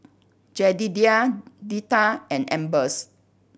Jedediah Deetta and Ambers